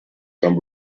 some